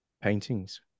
paintings